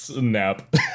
nap